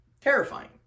terrifying